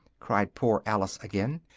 cried poor alice again,